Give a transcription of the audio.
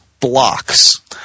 blocks